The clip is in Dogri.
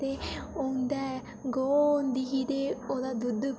ते उं'दै गौ होंदी ही ते ओह्दा दुद्ध